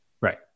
right